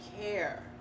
care